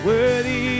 Worthy